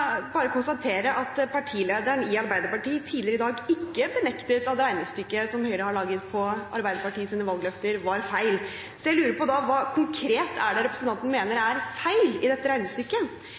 bare konstatere at partilederen i Arbeiderpartiet tidligere i dag ikke benektet regnestykket som Høyre har laget av Arbeiderpartiets valgløfter. Da lurer jeg på: Hva konkret mener representanten Tajik er feil i dette regnestykket?